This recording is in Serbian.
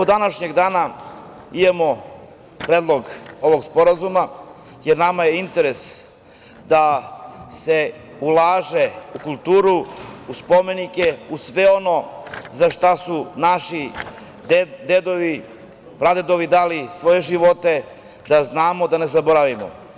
Današnjeg dana imamo predlog ovog sporazuma, jer nama je interes da se ulaže u kulturu, u spomenike, u sve ono za šta su naši dedovi, pradedovi dali svoje živote, da znamo, da ne zaboravimo.